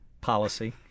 policy